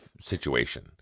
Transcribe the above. situation